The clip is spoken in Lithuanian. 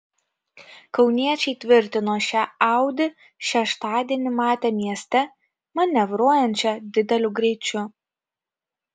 kauniečiai tvirtino šią audi šeštadienį matę mieste manevruojančią dideliu greičiu